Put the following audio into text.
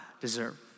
deserve